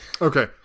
Okay